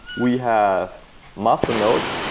we have muscle nodes.